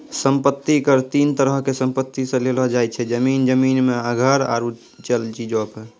सम्पति कर तीन तरहो के संपत्ति से लेलो जाय छै, जमीन, जमीन मे घर आरु चल चीजो पे